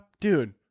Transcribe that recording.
Dude